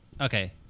Okay